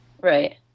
Right